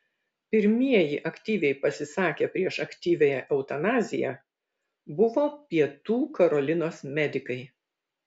pirmieji aktyviai pasisakę prieš aktyviąją eutanaziją buvo pietų karolinos medikai